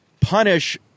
punish